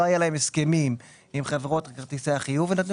לא היו להם הסכמים עם חברות כרטיסי החיוב ונתנו